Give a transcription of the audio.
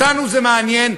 אותנו זה מעניין.